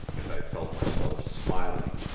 and i felt myself smiling.